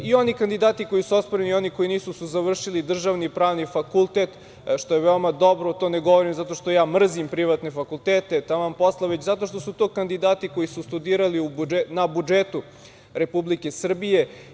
I oni kandidati koji su osporeni i oni koji nisu završili državni pravni fakultet, što je veoma dobro, to ne govorim zato što ja mrzim privatne fakultete, taman posla, već zato što su to kandidati koji su studirali na budžetu Republike Srbije.